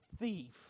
thief